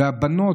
והבנות,